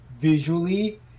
visually